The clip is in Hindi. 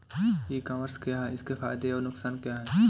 ई कॉमर्स क्या है इसके फायदे और नुकसान क्या है?